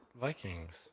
Vikings